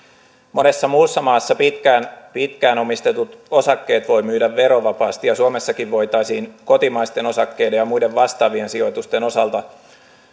monessa muussa maassa pitkään omistetut osakkeet voi myydä verovapaasti ja suomessakin voitaisiin kotimaisten osakkeiden ja muiden vastaavien sijoitusten osalta